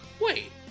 wait